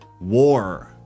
War